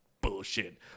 bullshit